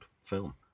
film